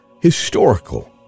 historical